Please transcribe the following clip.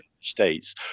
States